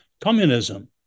communism